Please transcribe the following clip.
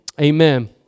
Amen